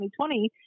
2020